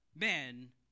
men